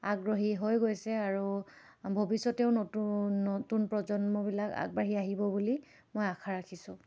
আগ্ৰহী হৈ গৈছে আৰু ভৱিষ্যতেও নতুন নতুন প্ৰজন্মবিলাক আগবাঢ়ি আহিব বুলি মই আশা ৰাখিছোঁ